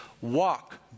Walk